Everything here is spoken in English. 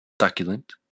succulent